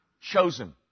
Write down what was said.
chosen